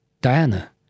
Diana